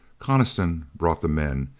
coniston brought the men.